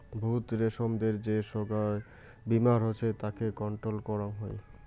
তুত রেশমদের যে সোগায় বীমার হসে তাকে কন্ট্রোল করং হই